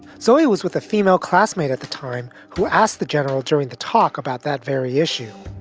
zoe was with a female classmate at the time who asked the general during the talk about that very issue.